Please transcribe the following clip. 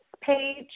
page